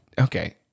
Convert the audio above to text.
okay